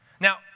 Now